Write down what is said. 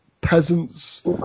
peasants